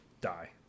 Die